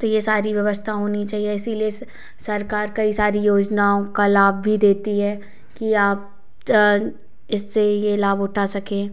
तो ये सारी व्यवस्था होनी चाहिए ऐसी लेस सरकार कई सारी योजनाओं का लाभ भी देती है कि आप ज इससे यह लाभ उठा सके